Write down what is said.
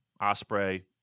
Osprey